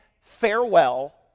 farewell